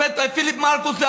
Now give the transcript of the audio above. פיליפ מרכוס,